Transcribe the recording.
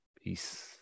Peace